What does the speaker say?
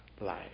life